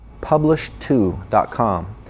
publish2.com